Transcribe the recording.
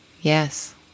Yes